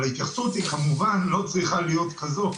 אבל ההתייחסות כמובן לא צריכה להיות כזו.